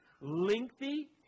lengthy